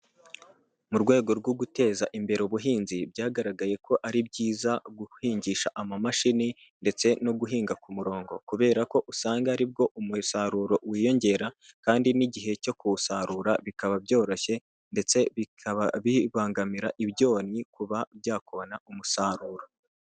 Mu rwego rwo guteza imbere ubuhinzi, byagaragaye ko ari byiza guhingisha amamashini, ndetse no guhinga ku murongo, kubera ko usanga aribwo umusaruro wiyongera kandi n'igihe cyo kuwusarura, bikaba byoroshye ndetse bikaba bibangamira ibyonnyi kuba byakubona umusaruro.